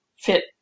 fit